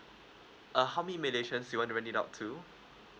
err how many mediation you want to rent it out to